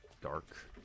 dark